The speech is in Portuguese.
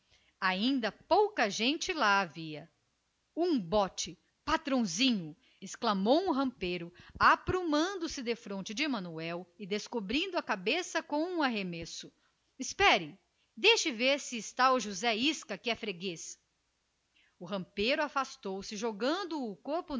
ainda pouca gente lá havia um bote patrãozinho exclamou um rampeiro aprumando se defronte de manuel e descobrindo a cabeça com arremesso espere deixe ver se está o zé isca que é freguês o catraieiro afastou-se lentamente jogando